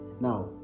Now